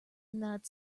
not